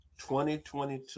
2022